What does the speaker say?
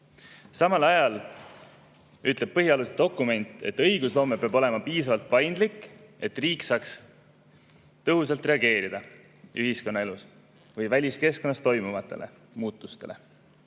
Samal ajal ütleb põhialuste dokument, et õigusloome peab olema piisavalt paindlik, et riik saaks tõhusalt reageerida ühiskonnaelus või väliskeskkonnas toimuvatele muutustele.